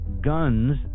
guns